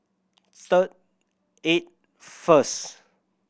third eight first